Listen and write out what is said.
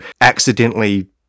accidentally